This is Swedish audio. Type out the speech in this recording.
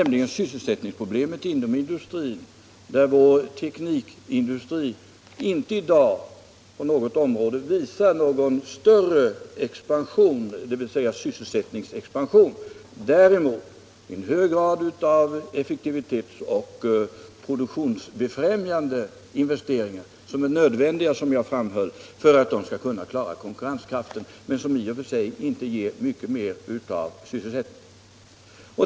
Det är sysselsättningsproblemet inom industrin, där vår teknikindustri inte i dag på något område visar större sysselsättningsexpansion, medan det däremot i hög grad görs effektivitetsoch produktionsbefrämjande investeringar som är nödvändiga — som jag framhöll — för att klara konkurrenskraften men som i och för sig inte ger mycket mer sysselsättning.